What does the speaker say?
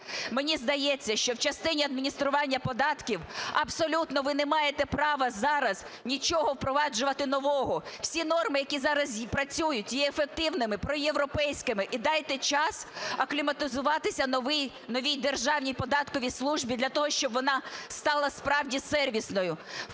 Мені здається, що в частині адміністрування податків абсолютно ви не маєте права зараз нічого впроваджувати нового. Всі норми, які зараз працюють, є ефективними, проєвропейськими і дайте час акліматизуватися новій Державній податковій службі для того, щоб вона стала справді сервісною.